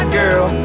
girl